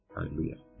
Hallelujah